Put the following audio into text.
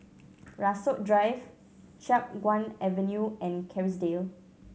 Rasok Drive Chiap Guan Avenue and Kerrisdale